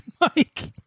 Mike